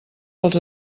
pels